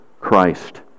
Christ